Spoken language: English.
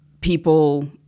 people